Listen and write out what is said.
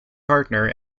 partner